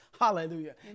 Hallelujah